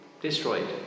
destroyed